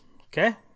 Okay